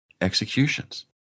executions